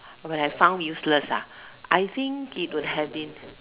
when I found useless ah I think it would have been